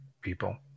people